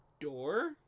door